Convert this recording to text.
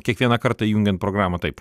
kiekvieną kartą įjungiant programą taip